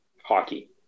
hockey